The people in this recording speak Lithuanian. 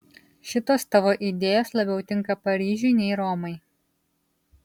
šitos tavo idėjos labiau tinka paryžiui nei romai